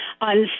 on